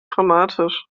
dramatisch